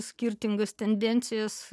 skirtingas tendencijas